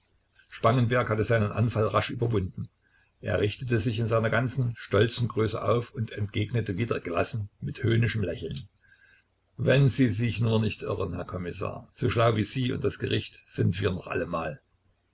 spangenberg hatte seinen anfall rasch überwunden er richtete sich in seiner ganzen stolzen größe auf und entgegnete wieder gelassen mit höhnischem lächeln wenn sie sich nur nicht irren herr kommissar so schlau wie sie und das gericht sind wir noch allemal